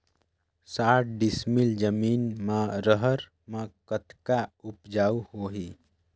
साठ डिसमिल जमीन म रहर म कतका उपजाऊ होही?